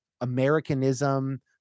Americanism